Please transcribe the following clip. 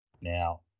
Now